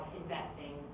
investing